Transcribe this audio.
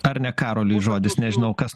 ar ne karoliui žodis nežinau kas